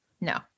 No